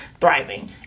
thriving